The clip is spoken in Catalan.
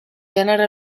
gènere